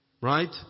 Right